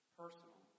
personal